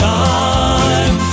time